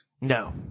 No